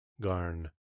Garn